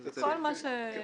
כל מה שמתעד.